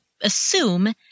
assume